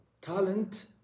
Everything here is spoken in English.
Talent